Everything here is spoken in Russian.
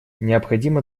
необходимо